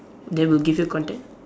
that will give you content